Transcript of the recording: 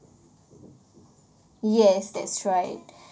yes that's right